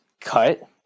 cut